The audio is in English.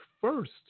first